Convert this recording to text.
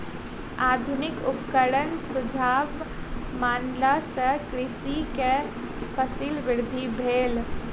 आधुनिक उपकरणक सुझाव मानला सॅ कृषक के फसील वृद्धि भेल